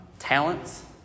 Talents